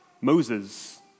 Moses